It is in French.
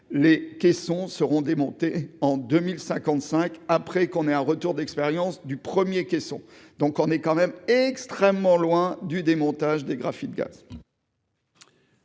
les caissons seront démontées en 2055 après qu'on ait un retour d'expérience du 1er caisson, donc on est quand même extrêmement loin du démontage des graphite-gaz.